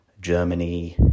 Germany